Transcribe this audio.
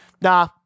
Nah